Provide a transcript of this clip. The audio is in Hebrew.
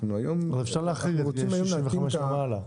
אז אפשר להחריג את זה לגיל 65 ומעלה.